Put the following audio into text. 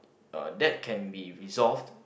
uh that can be resolved